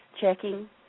checking